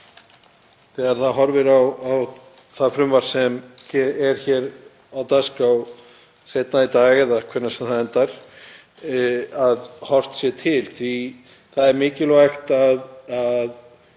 þegar það horfir á það frumvarp sem er hér á dagskrá seinna í dag, hvenær sem það verður, horfi til því að það er mikilvægt að